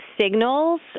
signals